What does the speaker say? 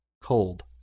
Cold